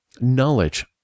knowledge